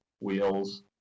wheels